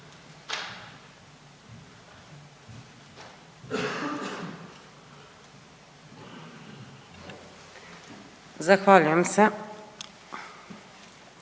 Zahvaljujem se.